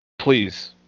Please